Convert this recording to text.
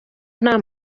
nta